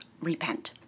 repent